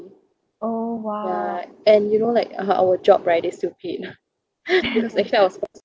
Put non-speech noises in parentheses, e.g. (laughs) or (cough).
ya and you know like uh our job right is stupid (laughs) because actually I was supposed